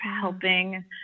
helping